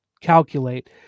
calculate